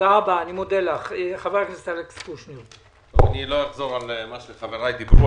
יש לבחון מחדש את החסמים הבירוקרטיים על מנת שהתקציב יגיע למוסדות.